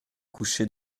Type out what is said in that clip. coucher